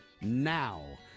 now